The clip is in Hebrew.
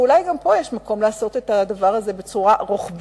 אולי גם פה יש מקום לעשות את זה בצורה רוחבית,